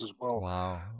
Wow